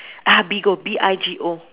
ah Bigo B I G O